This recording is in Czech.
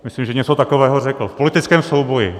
Myslím, že něco takového řekl: v politickém souboji.